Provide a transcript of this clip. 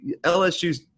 LSU's